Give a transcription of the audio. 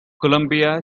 colombia